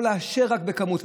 או לאשר רק כמות.